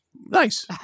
nice